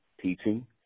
teaching